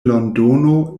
londono